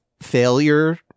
failure